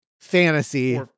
fantasy